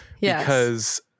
because-